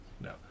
No